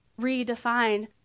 redefined